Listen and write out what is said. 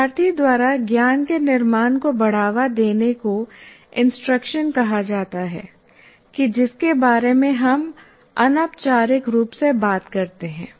शिक्षार्थी द्वारा ज्ञान के निर्माण को बढ़ावा देने को इंस्ट्रक्शन कहा जाता है कि जिसके बारे में हम अनौपचारिक रूप से बात करते हैं